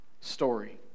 story